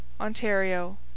Ontario